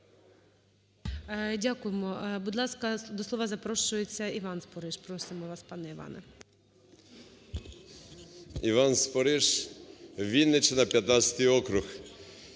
Дякуємо. Будь ласка, до слова запрошується Іван Спориш. Просимо вас, пане Іване. 13:03:08 СПОРИШ І.Д. Іван Спориш, Вінниччина, 15-й округ.